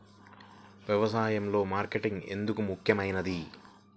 వ్యసాయంలో మార్కెటింగ్ ఎందుకు ముఖ్యమైనది?